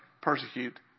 persecute